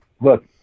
look